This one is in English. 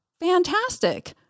fantastic